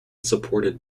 supported